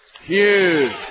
huge